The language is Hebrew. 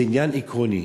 זה עניין עקרוני,